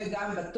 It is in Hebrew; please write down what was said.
ובנוסף,